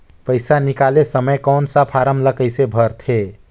पइसा निकाले समय कौन सा फारम ला कइसे भरते?